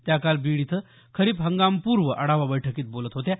त्या काल बीड इथं खरीप हंगामपूर्व आढावा बैठकीत बोलत होत्या